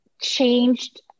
changed